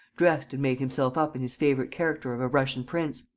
dressed and made himself up in his favourite character of a russian prince,